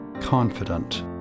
confident